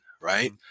right